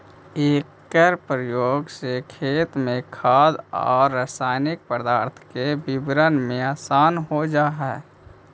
एकर प्रयोग से खेत में खाद औउर रसायनिक पदार्थ के वितरण में आसान हो जा हई